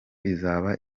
izaba